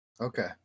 Okay